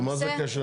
נו, מה זה קשר?